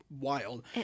wild